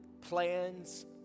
plans